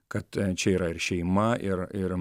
kad čia yra ir šeima ir ir